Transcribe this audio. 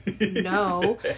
no